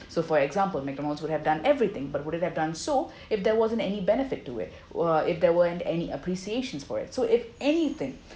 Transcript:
so for example McDonald's would have done everything but would it have done so if there wasn't any benefit to it were if there weren't any appreciation for it so if anything